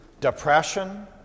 Depression